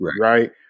Right